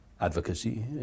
advocacy